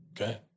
Okay